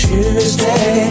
Tuesday